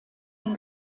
den